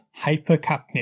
hypercapnia